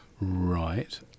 Right